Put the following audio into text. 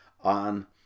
on